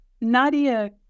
Nadia